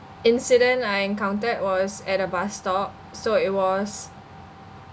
incident I encountered was at a bus stop so it was